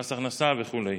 מס הכנסה וכו'.